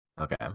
Okay